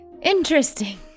Interesting